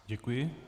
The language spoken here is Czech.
Děkuji.